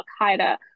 al-Qaeda